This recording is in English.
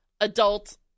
adult –